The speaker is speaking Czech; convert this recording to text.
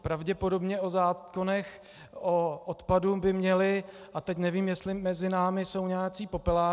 Pravděpodobně o zákonech o odpadu by měli a teď nevím, jestli mezi námi jsou nějací popeláři.